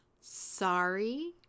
sorry